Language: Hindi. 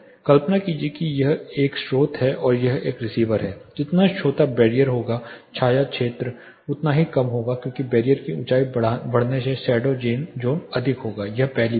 कल्पना कीजिए कि यह एक स्रोत है और यह एक रिसीवर है जितना छोटा बैरियर होगा छाया क्षेत्र उतना ही कम होगा क्योंकि बैरियर की ऊंचाई बढ़ने से शैडो ज़ोन अधिक होगा यह पहली बात है